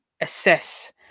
assess